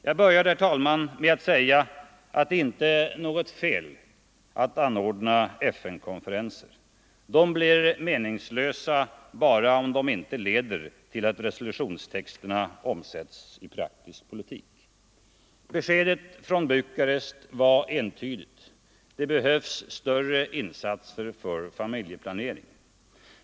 Jag började med att säga att det inte är något fel att anordna FN konferenser. De blir meningslösa bara om de inte leder till att resolutionstexterna omsätts i praktisk politik. Beskedet från Bukarest var entydigt, det behövs större insatser för familjeplanering.